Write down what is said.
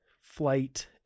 flight